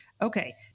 Okay